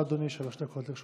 בבקשה, אדוני, שלוש דקות לרשותך.